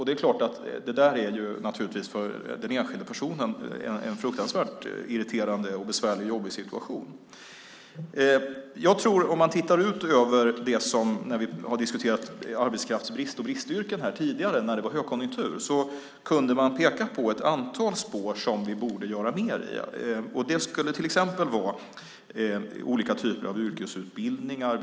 Det är klart att det för den enskilda personen är en fruktansvärt irriterande, besvärlig och jobbig situation. När vi har diskuterat arbetskraftsbrist och bristyrken här tidigare, när det var högkonjunktur, kunde man peka på ett antal spår som vi borde göra mer i. Det skulle till exempel vara olika typer av yrkesutbildningar.